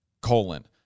colon